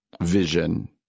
vision